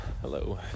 Hello